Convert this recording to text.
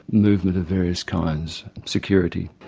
movement of various kinds, security.